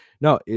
no